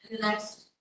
next